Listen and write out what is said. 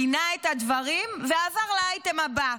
גינה את הדברים ועבר לאייטם הבא.